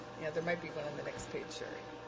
there might be one on the next page, sherri.